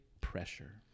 pressure